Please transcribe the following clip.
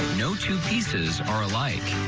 no two pieces are alike.